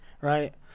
right